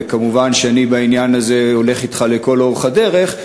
וכמובן שבעניין הזה אני הולך אתך לכל אורך הדרך,